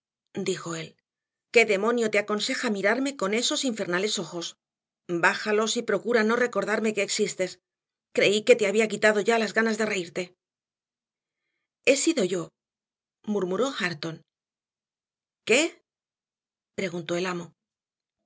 dijo él qué demonio te aconseja mirarme con esos infernales ojos bájalos y procura no recordarme que existes creí que te había quitado ya las ganas de reírte he sido yo murmuró hareton qué preguntó el amo